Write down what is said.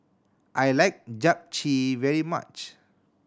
I like Japchae very much